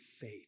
faith